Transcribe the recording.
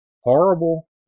horrible